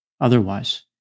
otherwise